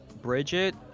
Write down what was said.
Bridget